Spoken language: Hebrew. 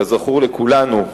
כזכור לכולנו,